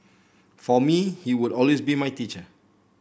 for me he would be my teacher